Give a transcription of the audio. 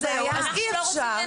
אז מייצרים,